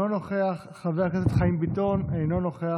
אינו נוכח, חבר הכנסת חיים ביטון, אינו נוכח.